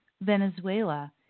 Venezuela